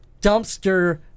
dumpster